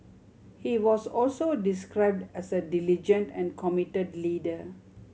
he was also described as a diligent and committed leader